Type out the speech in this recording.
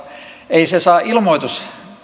ei se saa